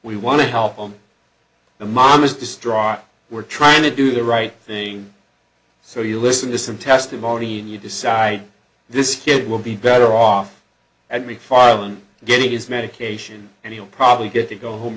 we want to help them the mom is distraught we're trying to do the right thing so you listen to some testimony and you decide this kid will be better off and refiling getting his medication and he'll probably get to go home